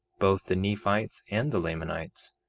both the nephites and the lamanites,